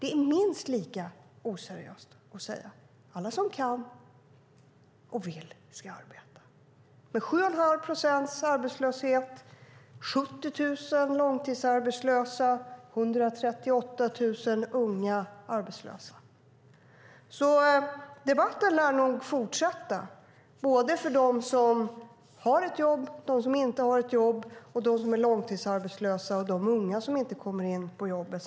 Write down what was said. Det är minst lika oseriöst att säga att alla som kan och vill ska arbeta när vi har 7 1⁄2 procents arbetslöshet, 70 000 långtidsarbetslösa och 138 000 unga arbetslösa. Debatten lär nog fortsätta - för dem som har ett jobb, för dem som inte har ett jobb, för dem som är långtidsarbetslösa och för de unga som inte kommer in i jobb.